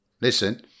listen